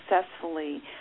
successfully